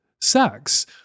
sex